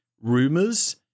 rumors